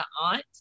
aunt